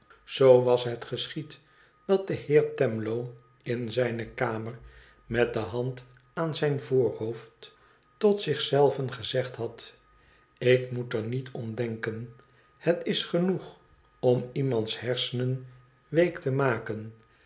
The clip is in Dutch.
zoo was het geschied dat de heer twemlow in zijne kamer met de hand aan zijn voorhoofd tot zich zei ven gezegd had tik moet er niet om denken het is genoeg om iemands hersenen week te maken